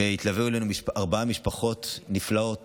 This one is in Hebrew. והתלוו אלינו ארבע משפחות נפלאות